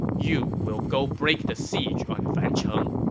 you will go break the siege on fancheng.